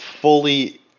fully